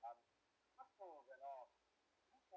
um of the law